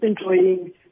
enjoying